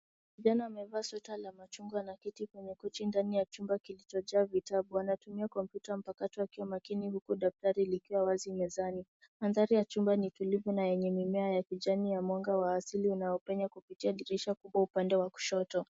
Kijana amevaa sweta la machungwa anaketi kwenye cochi, ndani ya chumba kilichojaa vitabu. Anatumia komputa mpakato akiwa makini , huku daftari likiwa wazi mezani . Mandhari ya chumba ni tulivu na yenye mimea ya kijani ya mwanga wa asili unaopenya kupitia dirisha kubwa upande wa kushoto.